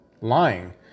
lying